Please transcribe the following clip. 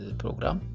program